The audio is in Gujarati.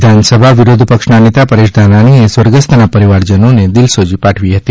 વિધાનસભા વિરોધ પક્ષના નેતા પરેશ ધાનાણીએ સ્વર્ગસ્થના પરિવારજનોને દિલસોજી પાઠવી હતી